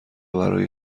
برای